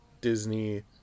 Disney